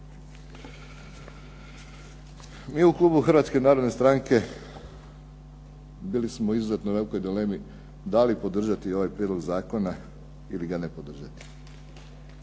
Mi u klubu Hrvatske narodne stranke bili smo u izuzetno velikoj dilemi da li podržati ovaj prijedlog zakona ili ga ne podržati.